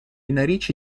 narici